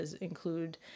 include